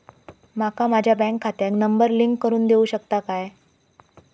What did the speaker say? माका माझ्या बँक खात्याक नंबर लिंक करून देऊ शकता काय?